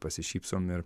pasišypsom ir